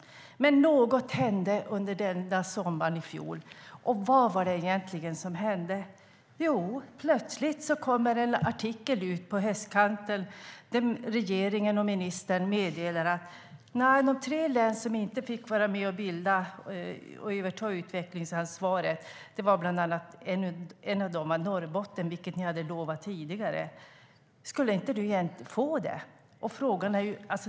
Men något hände under sommaren i fjol. Och vad var det egentligen som hände? Jo, plötsligt kom det en artikel på höstkanten där regeringen och ministern meddelade att ett av de tre län som inte fick överta utvecklingsansvaret var Norrbotten. Det hade de lovat tidigare. Skulle vi inte få det?